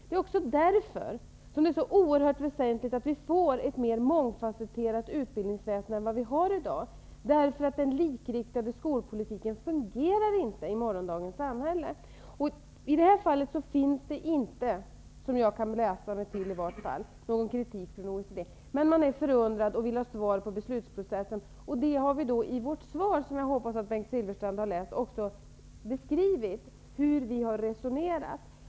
Det är också därför som det är så oerhört väsentligt att vi får ett mer mångfasetterat utbildningsväsende än vi har i dag, därför att den likriktade skolpolitiken fungerar inte i morgondagens samhälle. I det här fallet riktas det inte någon kritik från OECD -- inte som jag kan läsa mig till -- men man vill alltså ha svar på frågor om beslutsprocessen. Vi har då i vårt svar, som jag hoppas att Bengt Silfverstrand har läst, beskrivit hur vi har resonerat.